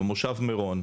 במושב מירון.